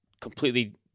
completely